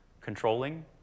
controlling